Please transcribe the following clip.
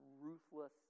ruthless